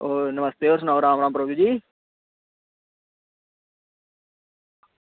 होर नमस्ते होर सनाओ राम राम प्रभु जी